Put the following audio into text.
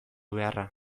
beharra